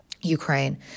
Ukraine